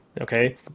Okay